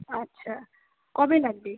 আচ্ছা কবে লাগবে